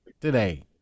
today